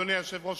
אדוני היושב-ראש,